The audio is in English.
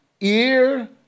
ear